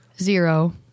Zero